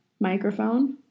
microphone